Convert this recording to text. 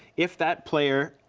if that player